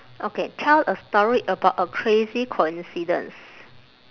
okay tell a story about a crazy coincidence